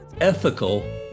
ethical